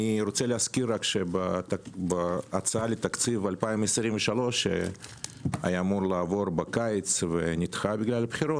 אני מזכיר שבהצעה לתקציב 2023 שהיה אמור לעבור בקיץ ונדחה בגלל הבחירות